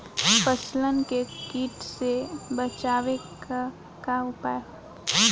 फसलन के कीट से बचावे क का उपाय है?